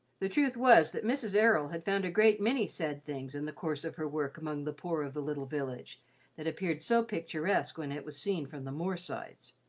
the truth was that mrs. errol had found a great many sad things in the course of her work among the poor of the little village that appeared so picturesque when it was seen from the moor-sides.